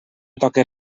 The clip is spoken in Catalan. toquis